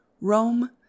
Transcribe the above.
Rome